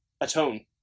atone